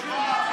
למה,